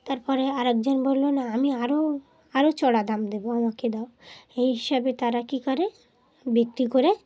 তারপরে আরেকজন বললো না আমি আরও আরও চড়া দাম দেবো আমাকে দাও এই হিসাবে তারা কী করে বিক্রি করে